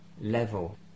level